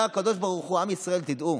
אומר הקדוש ברוך הוא: עם ישראל, תדעו,